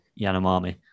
Yanomami